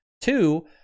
Two